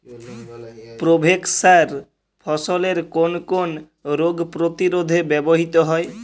Provex সার ফসলের কোন কোন রোগ প্রতিরোধে ব্যবহৃত হয়?